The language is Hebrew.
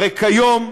הרי כיום,